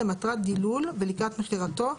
למטרת דילול ולקראת מכירתו,